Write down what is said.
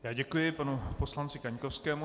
Já děkuju panu poslanci Kaňkovskému.